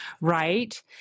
Right